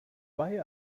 why